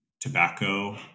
tobacco